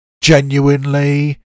genuinely